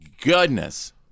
goodness